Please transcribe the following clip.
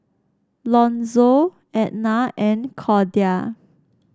Lonzo Etna and Cordia